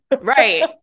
Right